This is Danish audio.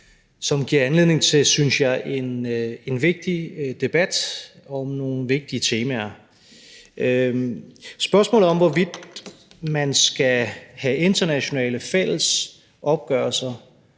som giver anledning til en, synes jeg, vigtig debat om nogle vigtige temaer. Spørgsmålet om, hvorvidt man skal have internationale fælles opgørelser